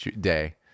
day